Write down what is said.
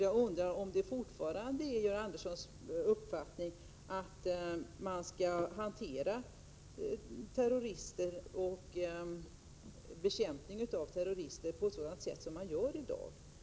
Jag undrar om Georg Andersson vidhåller uppfattningen att man skall hantera terrorister och bekämpa terrorister på det sätt som man gör i dag.